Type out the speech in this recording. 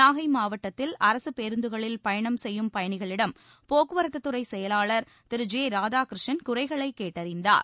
நாகை மாவட்டத்தில் அரசுப் பேருந்துகளில் பயணம் செய்யும் பயணிகளிடம் போக்குவரத்துத்துறை செயலாளர் திரு ஜே ராதாகிருஷ்ணன் குறைகளைக் கேட்டறிந்தார்